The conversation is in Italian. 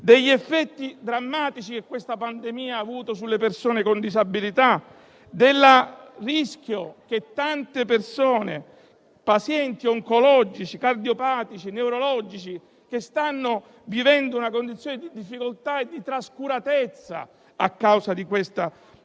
degli effetti drammatici che questa pandemia ha avuto sulle persone con disabilità; del rischio che tante persone (pazienti oncologici, cardiopatici, neurologici) stanno correndo vivendo una condizione di difficoltà e di trascuratezza a causa della pandemia.